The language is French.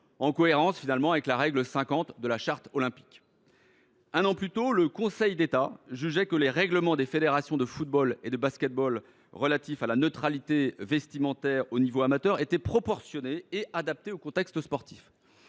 en cohérence avec la règle 50 de la Charte olympique. Un an plus tôt, le Conseil d’État avait jugé que les règlements des fédérations de football et de basket ball relatifs à la neutralité vestimentaire au niveau amateur étaient proportionnés et adaptés au contexte sportif.